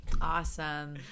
Awesome